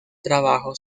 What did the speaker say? trabajo